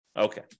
Okay